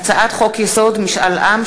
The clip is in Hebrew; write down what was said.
הצעת חוק-יסוד: משאל עם,